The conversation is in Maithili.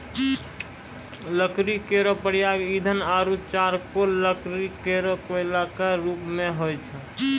लकड़ी केरो प्रयोग ईंधन आरु चारकोल लकड़ी केरो कोयला क रुप मे होय छै